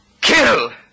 Kill